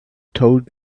told